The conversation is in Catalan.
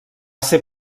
ser